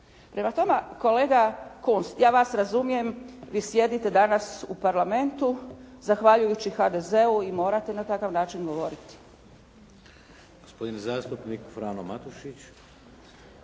Prema tome, kolega Kunst, ja vas razumijem, vi sjedite danas u Parlamentu zahvaljujući HDZ-u i morate na takav način govoriti.